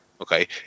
okay